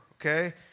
okay